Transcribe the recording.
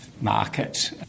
market